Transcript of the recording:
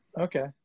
Okay